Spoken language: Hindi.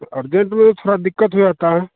अर्जेन्ट में थोड़ी दिक्कत हो जाती है